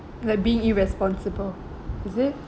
like being irresponsible is it